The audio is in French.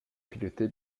piloté